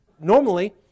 normally